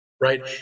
Right